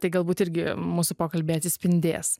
tai galbūt irgi mūsų pokalby atsispindės